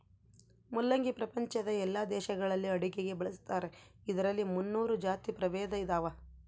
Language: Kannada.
ಮುಲ್ಲಂಗಿ ಪ್ರಪಂಚದ ಎಲ್ಲಾ ದೇಶಗಳಲ್ಲಿ ಅಡುಗೆಗೆ ಬಳಸ್ತಾರ ಇದರಲ್ಲಿ ಮುನ್ನೂರು ಜಾತಿ ಪ್ರಭೇದ ಇದಾವ